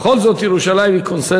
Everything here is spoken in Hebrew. בכל זאת ירושלים היא קונסנזוס,